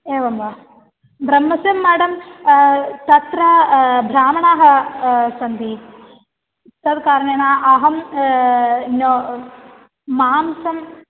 एवं वा ब्रह्मस्य मठं तत्र ब्राह्मणाः सन्ति तद् कारणेन अहं नो मांसम्